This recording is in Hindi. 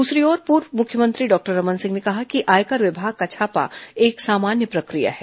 दूसरी ओर पूर्व मुख्यमंत्री डॉक्टर रमन सिंह ने कहा कि आयकर विभाग का छापा तो एक सामान्य प्रक्रिया है